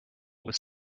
was